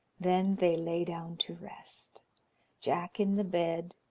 then they lay down to rest jack in the bed,